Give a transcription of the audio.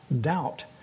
doubt